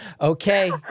Okay